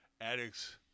addicts